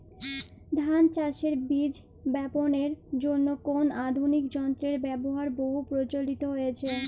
ধান চাষের বীজ বাপনের জন্য কোন আধুনিক যন্ত্রের ব্যাবহার বহু প্রচলিত হয়েছে?